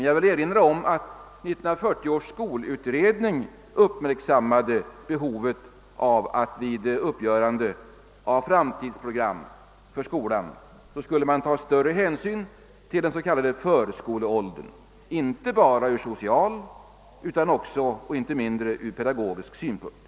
Jag vill erinra om att 1940 års skolutredning uppmärksammade behovet av att vid uppgörandet av framtidsprogram för skolan ta större hänsyn till den s.k. förskoleåldern inte bara ur social utan även och icke minst ur pedagogisk synpunkt.